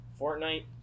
Fortnite